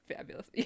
Fabulous